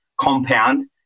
compound –